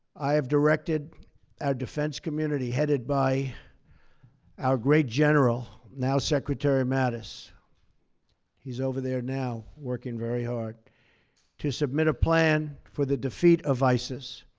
i have directed our defense community, headed by our great general, now secretary mattis he's over there now, working very hard to submit a plan for the defeat of isis,